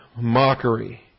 mockery